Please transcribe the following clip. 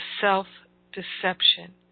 self-deception